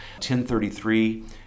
1033